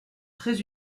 très